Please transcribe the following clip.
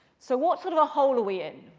so what sort of a hole are we in?